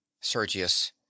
sergius